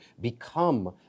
become